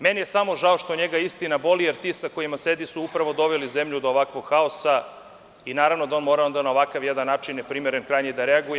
Meni je samo žao što njega istina boli, jer ti sa kojima sedi su upravo doveli zemlju do ovakvog haosa i naravno da mora na ovakav jedan način, neprimeren krajnje da reaguje.